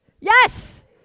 Yes